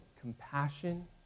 compassion